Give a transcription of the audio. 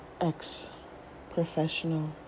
ex-professional